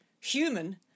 human